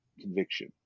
conviction